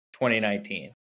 2019